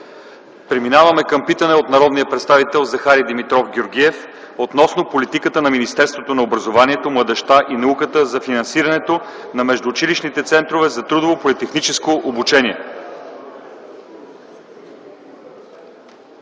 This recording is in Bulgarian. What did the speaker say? Преминаваме към питане от народния представител Захари Димитров Георгиев относно политиката на Министерството на образованието, младежта и науката за финансирането на междуучилищните центрове за трудово-политехническо обучение.